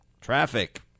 traffic